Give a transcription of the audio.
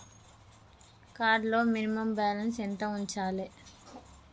Card లో minimum balance ఎంత ఉంచాలే?